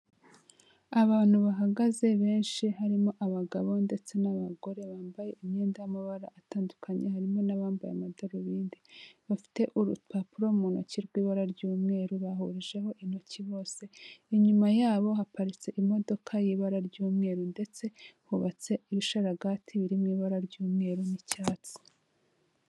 Abantu bahagaze benshi harimo abagabo ndetse n'abagore bambaye imyenda y'amabara atandukanye, harimo n'abambaye amadarubindi, bafite urupapuro mu ntoki rw'ibara ry'umweru bahurijeho intoki bose, inyuma yabo haparitse imodoka y'ibara ry'umweru ndetse hubatse ibisharagati birimo ibara ry'umweru n'icyatsi.